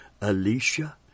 Alicia